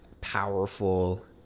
powerful